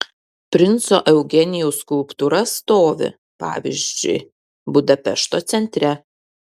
princo eugenijaus skulptūra stovi pavyzdžiui budapešto centre